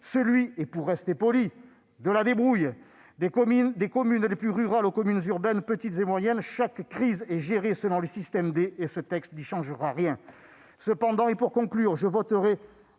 celui, pour rester poli, de débrouille. Des communes les plus rurales aux communes urbaines, petites et moyennes, chaque crise est gérée selon le système D, et ce texte n'y changera rien. Pour conclure, j'indique